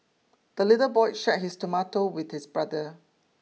the little boy shared his tomato with his brother